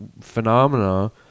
phenomena